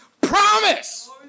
promise